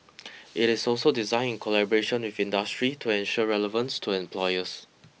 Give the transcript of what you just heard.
it is also designed in collaboration with industry to ensure relevance to employers